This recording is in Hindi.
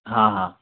हाँ हाँ